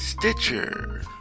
Stitcher